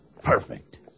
Perfect